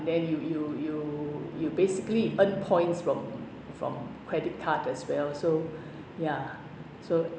then you you you you basically earn points from from credit card as well so ya so